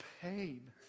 pain